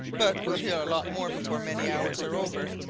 but we'll hear a lot more before many hours are over,